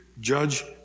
judge